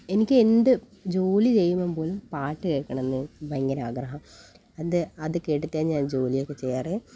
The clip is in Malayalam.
എനിക്ക് എന്തു ജോലി ചെയ്യുമ്പോൾപോലും പാട്ട് കേൾക്കണമെന്നു ഭയങ്കര ആഗ്രഹമാണ് അത് അതു കേട്ടിട്ടാണ് ഞാൻ ജോലിയൊക്കെ ചെയ്യാറ്